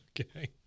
Okay